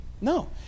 No